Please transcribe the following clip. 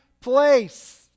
place